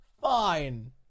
Fine